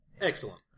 Excellent